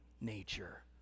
nature